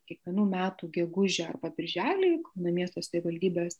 kiekvienų metų gegužę arba birželį kauno miesto savivaldybės